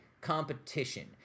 competition